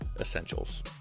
essentials